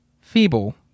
feeble